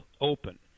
open